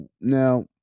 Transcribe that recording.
now